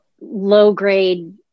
low-grade